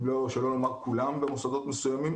שלא לומר כולם במוסדות מסוימים,